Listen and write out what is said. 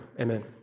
amen